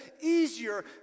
easier